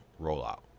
rollout